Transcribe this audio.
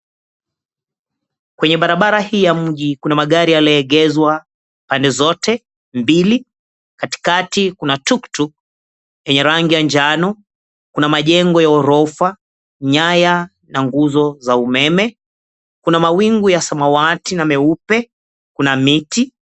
Kwenye barabara hii ya mji kuna magari yaliyoegezwa pande zote mbili. Katikati kuna tuktuk yenye rangi ya njano. Kuna majengo ya ghorofa, nyaya na nguzo za umeme. Kuna mawingu ya samawati na meupe. Kuna miti.